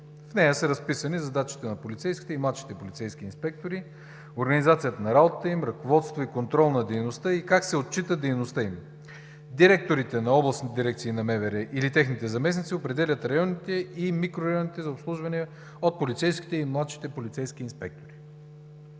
В нея са разписани задачите на полицейските и младшите полицейски инспектори, организацията на работата им, ръководството и контролът на дейността и как се отчита дейността им. Директорите на областните дирекции на МВР или техните заместници определят районите и микрорайоните за обслужване от полицейските и младшите полицейски инспектори.